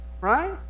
Right